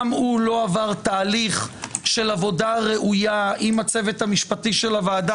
גם הוא לא עבר תהליך של עבודה ראויה עם הצוות המשפטי של הוועדה